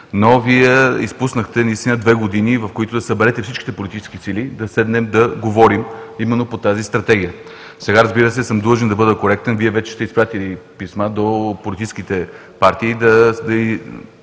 но Вие изпуснахте две години, в които да съберете всичките политически сили, да седнем да говорим именно по тази стратегия. Сега, разбира се, съм длъжен да бъда коректен. Вие вече сте изпратили писма до политическите партии да